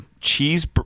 cheese